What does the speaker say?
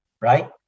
right